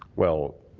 well,